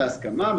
בהסכמה,